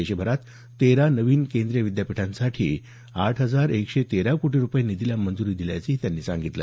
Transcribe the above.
देशभरात तेरा नवीन केंद्रीय विद्यापीठांसाठी आठ हजार एकशे तेरा कोटी रुपये निधीला मंजुरी दिल्याचं त्यांनी सांगितलं